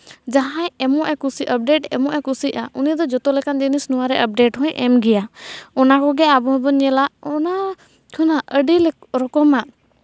ᱡᱟᱦᱟᱸᱭ ᱮᱢᱚᱜ ᱮ ᱠᱩᱥᱤᱜ ᱟᱯᱰᱮᱴ ᱮᱢᱚᱜ ᱮ ᱠᱩᱥᱤᱜᱼᱟ ᱡᱚᱛᱚ ᱞᱮᱠᱟᱱ ᱡᱤᱱᱤᱥ ᱱᱚᱣᱟᱨᱮ ᱟᱯᱰᱮᱴ ᱦᱚᱸᱭ ᱮᱢᱟ ᱚᱱᱟ ᱠᱚᱜᱮ ᱟᱵᱚ ᱦᱚᱸᱵᱚᱱ ᱧᱮᱞᱟ ᱚᱱᱟ ᱠᱷᱚᱱᱟᱜ ᱟᱹᱰᱤ ᱨᱚᱠᱚᱢᱟᱜ